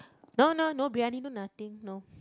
no no no briyani no nothing no